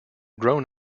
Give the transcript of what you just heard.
grown